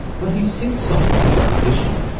but he's since softened his opposition.